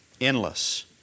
endless